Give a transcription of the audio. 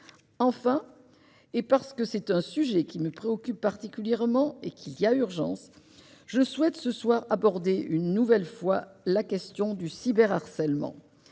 Enfin, parce que c'est un sujet qui me préoccupe particulièrement et qu'il y a urgence, je souhaite ce soir aborder une nouvelle fois la question du cyberharcèlement.